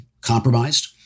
compromised